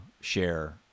share